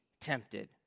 tempted